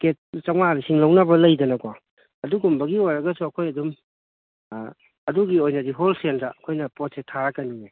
packet ꯆꯥꯝꯃꯉꯥ ꯂꯤꯁꯤꯡ ꯂꯧꯅꯕ ꯂꯩꯗꯅꯀꯣ ꯑꯗꯨꯒꯨꯝꯕꯒꯤ ꯑꯣꯏꯔꯒꯁꯨ ꯑꯩꯈꯣꯏ ꯑꯗꯨꯝ ꯑꯗꯨꯒꯤ ꯑꯣꯏꯔꯗꯤ ꯍꯣꯜꯁꯦꯜꯗ ꯑꯩꯈꯣꯏꯅ ꯄꯣꯠꯁꯦ ꯊꯥꯔꯛꯀꯅꯤꯌꯦ